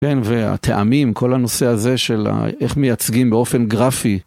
כן, והטעמים, כל הנושא הזה של איך מייצגים באופן גרפי.